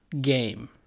game